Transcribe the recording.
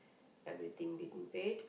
everything we didn't paid